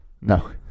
No